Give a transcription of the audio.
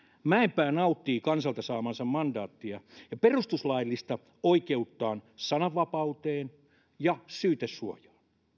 mäenpää nauttii kansalta saamaansa mandaattia ja perustuslaillista oikeuttaan sananvapauteen ja syytesuojaa